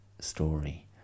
story